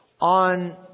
on